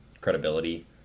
credibility